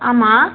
ஆமாம்